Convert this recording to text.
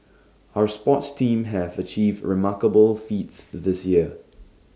our sports teams have achieved remarkable feats the this year